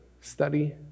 study